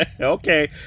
Okay